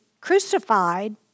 crucified